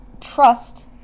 trust